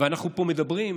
אנחנו פה מדברים,